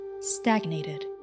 stagnated